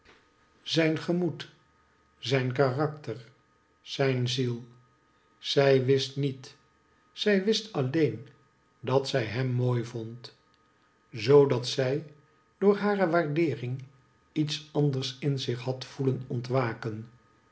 zijn moed zijn karaktcr zijn ziel zij wist met zij wist allccn dat zij hem mooi vond zoo dat zij door hare waardeering iets anders in zich had voelen ontwaken